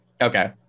Okay